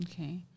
Okay